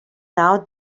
now